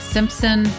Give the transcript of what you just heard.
Simpson